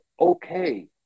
okay